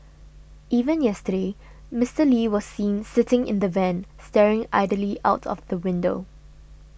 even yesterday Mister Lee was seen sitting in the van staring idly out of the window